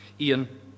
Ian